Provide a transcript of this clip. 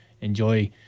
enjoy